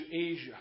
Asia